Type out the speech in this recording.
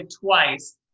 twice